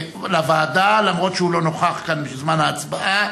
לוועדה אף-על-פי שהוא לא נכח כאן בזמן ההצבעה,